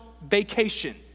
vacation